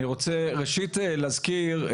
אני רוצה ראשית להזכיר,